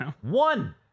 One